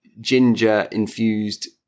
ginger-infused